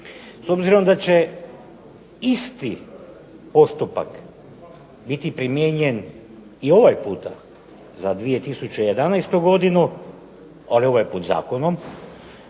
S obzirom da će isti postupak biti primijenjen i ovaj puta za 2011. godine, ali ovaj put Zakonom,